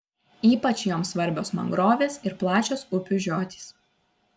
ypač joms svarbios mangrovės ir plačios upių žiotys